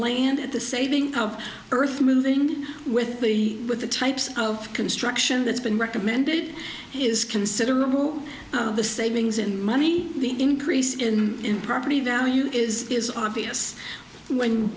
land at the saving earthmoving with the with the types of construction that's been recommended is considerable the savings in money the increase in property value is is obvious when